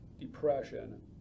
Depression